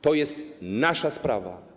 To jest nasza sprawa.